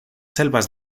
selvas